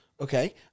okay